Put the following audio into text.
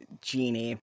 genie